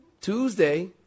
Tuesday